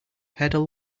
pedal